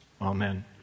Amen